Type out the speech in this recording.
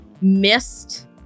missed